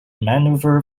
maneuver